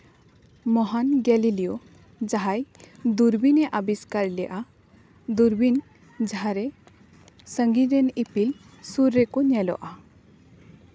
ᱢᱚᱦᱟᱱ Galileo ᱡᱟᱦᱟᱸᱭ ᱫᱩᱨᱵᱤᱱ ᱮ ᱟᱵᱤᱥᱠᱟᱨ ᱞᱮᱜᱼᱟ ᱫᱩᱨᱵᱤᱱ ᱡᱟᱦᱟᱸᱨᱮ ᱥᱟᱺᱜᱤᱧ ᱨᱮᱱ ᱤᱯᱤᱞ ᱥᱩᱨ ᱨᱮᱠᱚ ᱧᱮᱞᱚᱜᱼᱟ